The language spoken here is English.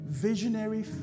visionary